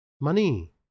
Money